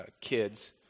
kids